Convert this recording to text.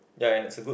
ya and it's a good